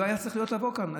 הוא לא היה צריך לבוא לכאן.